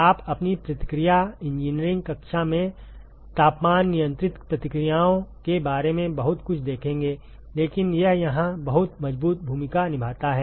आप अपनी प्रतिक्रिया इंजीनियरिंग कक्षा में तापमान नियंत्रित प्रतिक्रियाओं के बारे में बहुत कुछ देखेंगे लेकिन यह यहां बहुत मजबूत भूमिका निभाता है